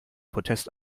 protest